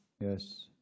Yes